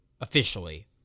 officially